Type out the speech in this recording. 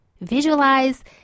Visualize